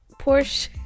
Porsche